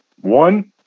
one